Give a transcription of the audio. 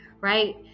right